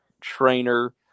trainer